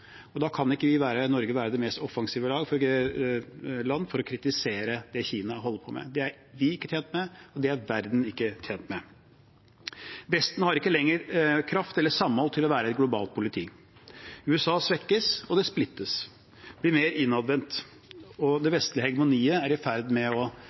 holder på med. Det er vi ikke tjent med, og det er verden ikke tjent med. Vesten har ikke lenger kraft eller samhold til å være et global politi. USA svekkes, splittes og blir mer innadvendt, og det vestlige hegemoniet er i ferd med å